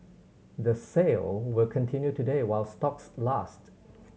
the sale will continue today while stocks last